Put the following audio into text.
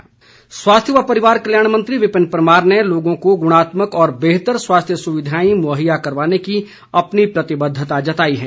विपिन परमार स्वास्थ्य व परिवार कल्याण मंत्री विपिन परमार ने लोगों को गुणात्मक और बेहतर स्वास्थ्य सुविधाएं मुहैया करवाने की अपनी प्रतिबद्वता जताई है